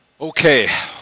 Okay